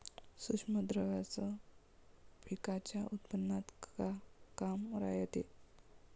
सूक्ष्म द्रव्याचं पिकाच्या उत्पन्नात का काम रायते?